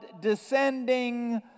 descending